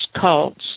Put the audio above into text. cults